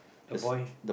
the boy